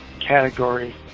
category